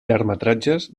llargmetratges